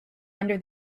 under